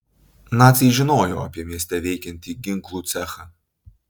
naciai žinojo apie mieste veikiantį ginklų cechą